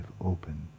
open